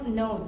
no